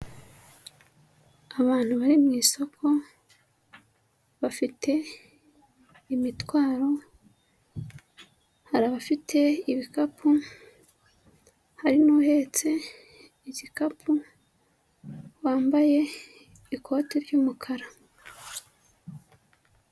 Abantu bari mu isoko, bafite imitwaro, hari abafite ibikapu, hari n'uhetse igikapu wambaye ikoti ry'umukara.